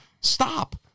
stop